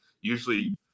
Usually